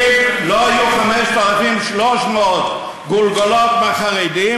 אם לא יהיו 5,300 גולגולות מהחרדים,